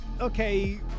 okay